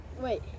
Wait